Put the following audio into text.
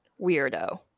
weirdo